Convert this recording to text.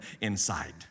inside